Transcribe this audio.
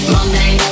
Monday